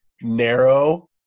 narrow